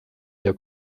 der